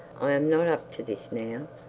i am not up to this now,